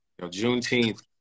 Juneteenth